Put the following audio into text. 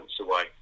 away